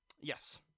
yes